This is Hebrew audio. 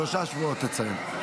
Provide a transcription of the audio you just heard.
שלושה שבועות תציין,